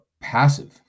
passive